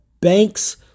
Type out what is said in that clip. bank's